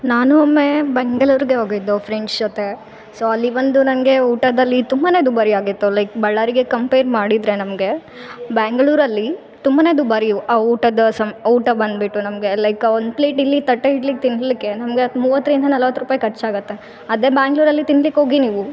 ನಾನು ಒಮ್ಮೆ ಬೆಂಗಳೂರಿಗೆ ಹೋಗಿದ್ದು ಫ್ರೆಂಡ್ಸ್ ಜೊತೆ ಸೊ ಅಲ್ಲಿ ಬಂದು ನನಗೆ ಊಟದಲ್ಲಿ ತುಂಬಾ ದುಬಾರಿಯಾಗಿತ್ತು ಲೈಕ್ ಬಳ್ಳಾರಿಗೆ ಕಂಪೇರ್ ಮಾಡಿದರೆ ನಮಗೆ ಬ್ಯಾಂಗ್ಳೂರಲ್ಲಿ ತುಂಬಾ ದುಬಾರಿ ಇವು ಆ ಊಟದ ಸಮ್ ಊಟ ಬಂದುಬಿಟ್ಟು ನಮಗೆ ಲೈಕ ಒಂದು ಪ್ಲೇಟ್ ಇಲ್ಲಿ ತಟ್ಟೆ ಇಡ್ಲಿ ತಿನ್ಲಿಕ್ಕೆ ನಮಗೆ ಹತ್ತು ಮೂವತ್ತರಿಂದ ನಲ್ವತ್ತು ರುಪಾಯಿ ಖರ್ಚಾಗತ್ತೆ ಅದೇ ಬ್ಯಾಂಗ್ಳೂರಲ್ಲಿ ತಿನ್ಲಿಕ್ಕೋಗಿ ನೀವು